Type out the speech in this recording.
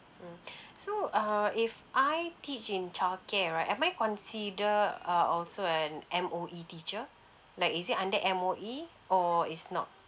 mm so err if I teach in child care right am I consider uh also an M_O_E teacher like is it under M_O_E or is not